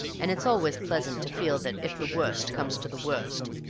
and it's always pleasant to feel that, if the worst comes to the worst,